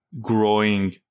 growing